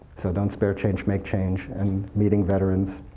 so don't spare change, make change, and meeting veterans,